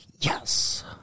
yes